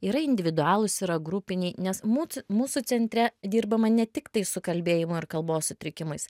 yra individualūs yra grupiniai nes mūcų mūsų centre dirbama ne tiktai su kalbėjimo ar kalbos sutrikimais